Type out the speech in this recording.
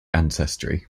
ancestry